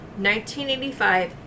1985